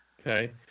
Okay